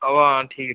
आहो हां ठीक